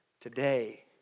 Today